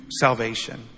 salvation